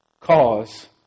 cause